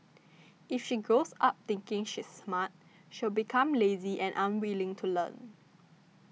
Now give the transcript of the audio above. if she grows up thinking she's smart she'll become lazy and unwilling to learn